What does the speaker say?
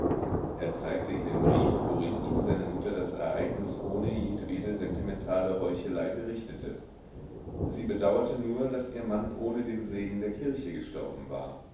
er zeigte ihr den brief worin ihm seine mutter das ereignis ohne jedwede sentimentale heuchelei berichtete sie bedauerte nur daß ihr mann ohne den segen der kirche gestorben war